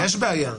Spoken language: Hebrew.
יש בעיה.